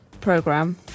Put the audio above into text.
program